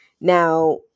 Now